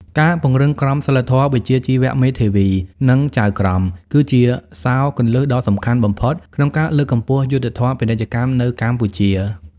ការពង្រឹងក្រមសីលធម៌វិជ្ជាជីវៈមេធាវី និងចៅក្រម គឺជាសោរគន្លឹះដ៏សំខាន់បំផុតក្នុងការលើកកម្ពស់យុត្តិធម៌ពាណិជ្ជកម្មនៅកម្ពុជា។